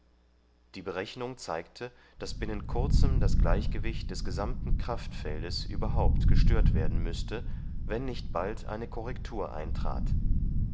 die berechnung zeigte daß binnen kurzem das gleichgewicht des ganzen kraftfeldes überhaupt gestört werden müßte wenn nicht bald eine korrektur eintrat